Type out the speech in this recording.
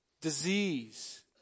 Disease